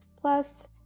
plus